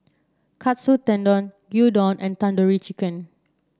Katsu Tendon Gyudon and Tandoori Chicken